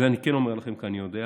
את זה אני כן אומר לכם כי אני יודע,